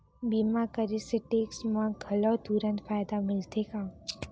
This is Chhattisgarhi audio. बीमा करे से टेक्स मा घलव तुरंत फायदा मिलथे का?